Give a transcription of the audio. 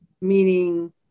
meaning